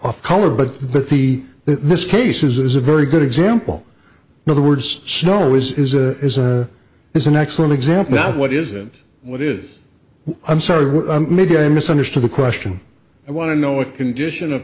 off color but but the this case is a very good example in other words snow is is a is a is an excellent example of what is and what is i'm sorry maybe i misunderstood the question i want to know what condition of